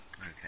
Okay